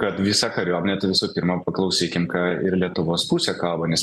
kad visa kariuomenė visu pirma ką ir lietuvos pusė kalba nes